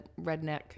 redneck